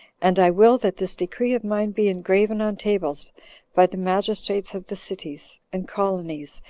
and i will that this decree of mine be engraven on tables by the magistrates of the cities, and colonies,